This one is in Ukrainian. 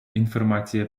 інформація